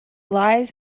lies